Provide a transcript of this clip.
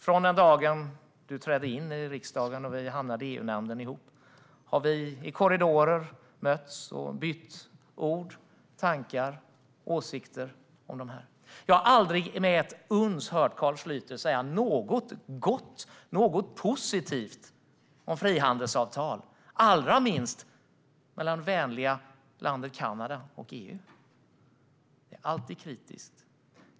Från den dagen han trädde in i riksdagen och vi hamnade i EU-nämnden ihop har vi i korridorer mötts och bytt ord, tankar och åsikter om de här avtalen. Jag har aldrig hört Carl Schlyter säga något gott, något positivt, om frihandelsavtal, allra minst om avtal mellan det vänliga landet Kanada och EU. Det som sägs är alltid kritiskt.